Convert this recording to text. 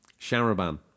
Sharaban